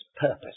purpose